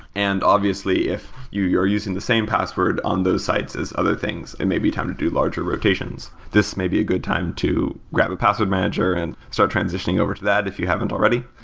and obviously, if you you are using the same password on those sites as other things, it and may be time to do larger rotations. this may be a good time to grab a password manager and start transitioning over to that if you haven't already.